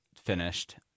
finished